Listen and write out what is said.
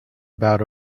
about